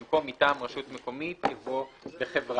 במקום "מטעם רשות מקומית" יבוא "בחברה".